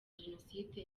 jenoside